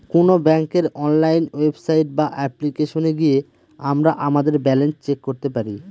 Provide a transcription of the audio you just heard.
কোন ব্যাঙ্কের online website বা অ্যাপ্লিকেশনে গিয়ে আমরা আমাদের ব্যালান্স চেক করতে পারি